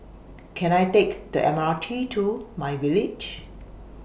Can I Take The M R T to MyVillage